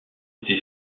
été